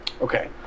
Okay